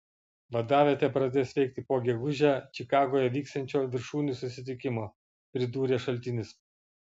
vadavietė pradės veikti po gegužę čikagoje vyksiančio viršūnių susitikimo pridūrė šaltinis